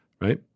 right